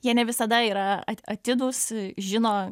jie ne visada yra atidūs žino